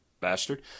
bastard